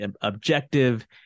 objective